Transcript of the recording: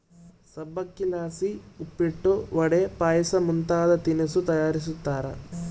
ಸಬ್ಬಕ್ಶಿಲಾಸಿ ಉಪ್ಪಿಟ್ಟು, ವಡೆ, ಪಾಯಸ ಮುಂತಾದ ತಿನಿಸು ತಯಾರಿಸ್ತಾರ